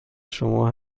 شما